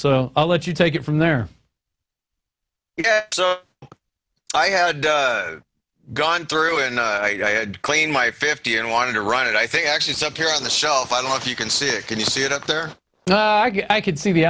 so i'll let you take it from there if i had gone through and clean my fifty and want to run it i think actually it's up there on the shelf i don't know if you can see it can you see it up there i could see the